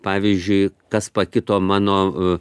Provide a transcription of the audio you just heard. pavyzdžiui kas pakito mano